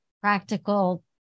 practical